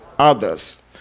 others